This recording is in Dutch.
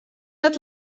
het